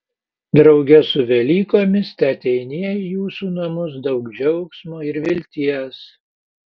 drauge su velykomis teateinie į jūsų namus daug džiaugsmo ir vilties